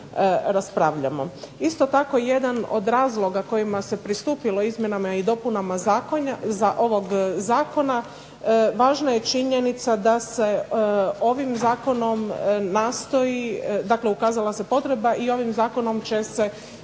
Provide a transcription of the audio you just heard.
Isto tako jedan od razloga kojima se pristupilo izmjenama i dopunama ovog zakona, važna je činjenica da se ovim zakonom nastoji, dakle ukazala se potreba i ovim zakonom će se nastojati